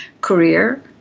career